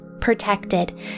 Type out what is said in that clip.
protected